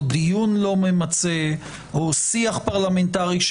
או דיון לא ממצה או שיח פרלמנטרי,